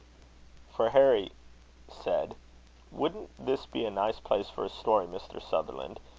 for harry said wouldn't this be a nice place for a story, mr. sutherland?